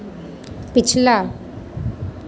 पिछला